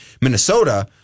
Minnesota